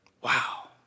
Wow